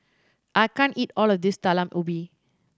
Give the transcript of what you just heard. I can't eat all of this Talam Ubi